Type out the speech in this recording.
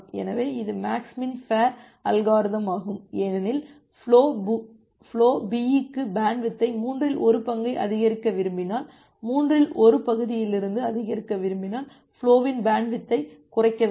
எனவே இது max min fair அல்காரிதமாகும் ஏனெனில் ஃபுலோ Bக்கு பேண்ட்வித்தை மூன்றில் ஒரு பங்கை அதிகரிக்க விரும்பினால் மூன்றில் ஒரு பகுதியிலிருந்து அதிகரிக்க விரும்பினால் ஃபுலோவின் பேண்ட்வித்தைக் குறைக்க வேண்டும்